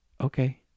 okay